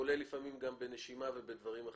כולל לפעמים גם בנשימה ודברים אחרים,